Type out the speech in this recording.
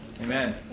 Amen